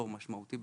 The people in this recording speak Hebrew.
בראש ובראשונה,